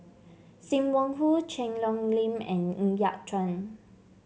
Sim Wong Hoo Cheang Hong Lim and Ng Yat Chuan